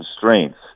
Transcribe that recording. constraints